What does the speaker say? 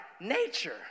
nature